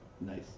Nice